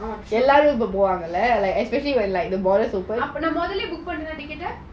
எல்லாரும் போவார்களா அப்போ நான் மோதலையே:ellarum povangala apo naan mothalayae especailly when like the borders open